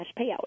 payout